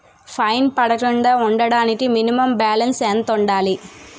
Fine పడకుండా ఉండటానికి minimum balance ఎంత ఉండాలి?